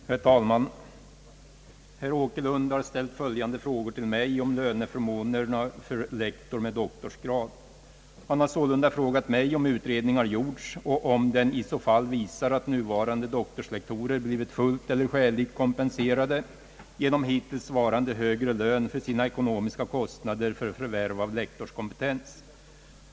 Herr talman! Herr Åkerlund har ställt följande frågor till mig om löneförmånerna för lektor med doktorsgrad. Han har sålunda frågat mig om utredning har gjorts och om den i så fall visar att nuvarande doktorslektorer blivit fullt eller skäligt kompenserade genom hittills varande högre lön för sina ekonomiska kostnader för förvärv av lektorskompetens.